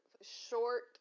short